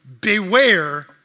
beware